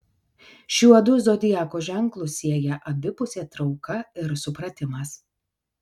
šiuodu zodiako ženklus sieja abipusė trauka ir supratimas